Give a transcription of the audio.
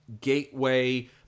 gateway